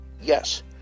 Yes